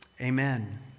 Amen